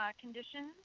conditions